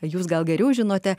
jūs gal geriau žinote